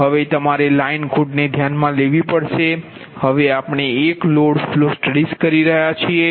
હવે તમારે લાઇન ખોટને ધ્યાનમાં લેવી પડશે હવે આપણે એક લોડ ફ્લો સ્ટડીઝ કરી રહ્યા છીએ